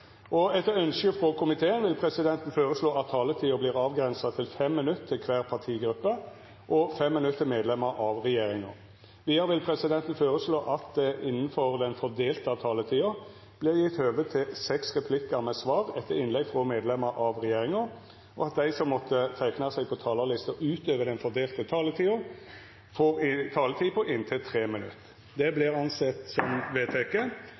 5. Etter ønske frå utdannings- og forskingskomiteen vil presidenten føreslå at taletida vert avgrensa til 3 minutt til kvar partigruppe og 3 minutt til medlemer av regjeringa. Vidare vil presidenten føreslå at det – innanfor den fordelte taletida – vert gjeve høve til seks replikkar med svar etter innlegg frå medlemer av regjeringa, og at dei som måtte teikna seg på talarlista utover den fordelte taletida, får ei taletid på inntil 3 minutt. – Det er vedteke.